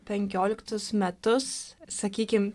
penkioliktus metus sakykim